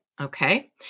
Okay